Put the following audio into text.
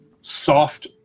soft